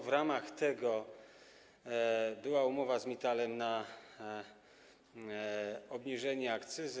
W ramach niego była umowa z Mittalem na obniżenie akcyzy.